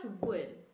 wood